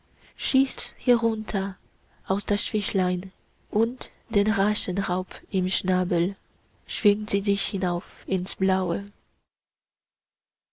schießt herunter auf das fischlein und den raschen raub im schnabel schwingt sie sich hinauf ins blaue